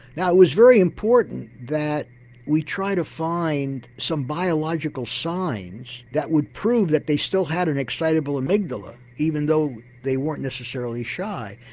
was very important that we tried to find some biological signs that would prove that they still had an excitable amygdala even though they weren't necessarily shy.